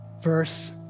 verse